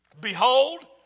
behold